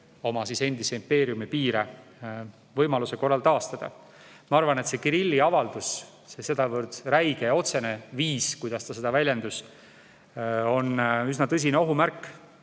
oma endise impeeriumi piirid võimaluse korral taastada. Ma arvan, et see Kirilli avaldus ja see sedavõrd räige ja otsene viis, kuidas ta seda väljendas, on üsna tõsine ohumärk.